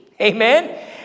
amen